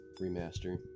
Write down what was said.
remaster